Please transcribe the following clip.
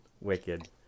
Wicked